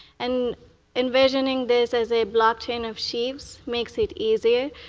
and envisioning this as a blockchain of sheeves makes it easier.